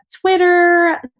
Twitter